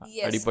Yes